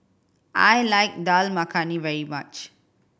I like Dal Makhani very much